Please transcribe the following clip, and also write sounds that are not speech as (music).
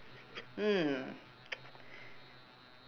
mm (noise)